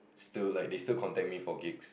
still like they still contact me for gigs